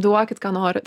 duokit ką norit